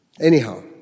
Anyhow